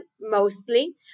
mostly